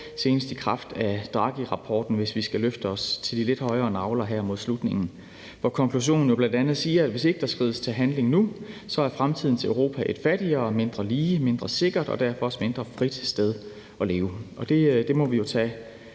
senest i kraft af Draghirapporten, hvis vi skal bevæge os op i de lidt højere luftlag her mod slutningen. Her lyder konklusionen bl.a., at hvis ikke der skrides til handling nu, er fremtidens Europa et fattigere, mindre lige, mindre sikkert og derfor også mindre frit sted at leve. Det må vi jo tage